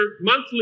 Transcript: monthly